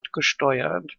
gesteuert